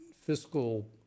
fiscal